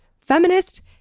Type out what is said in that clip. feminist